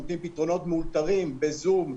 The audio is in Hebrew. נותנים פתרונות מאולתרים ב-זום,